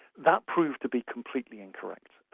that proved to be completely incorrect.